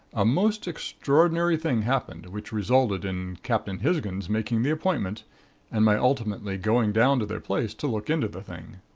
a most extraordinary thing happened which resulted in captain hisgins making the appointment and my ultimately going down to their place to look into the thing.